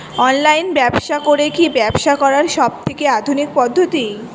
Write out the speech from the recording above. Online ব্যবসা করে কি ব্যবসা করার সবথেকে আধুনিক পদ্ধতি?